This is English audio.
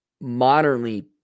modernly